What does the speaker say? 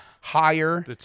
Higher